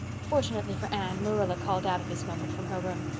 fortunately for anne, marilla called out at this moment from her room.